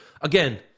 Again